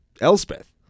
Elspeth